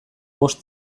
bost